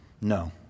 No